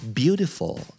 beautiful